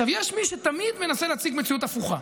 עכשיו, יש מי שתמיד מנסה להציג מציאות הפוכה.